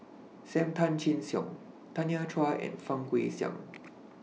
SAM Tan Chin Siong Tanya Chua and Fang Guixiang